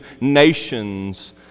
nations